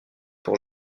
pour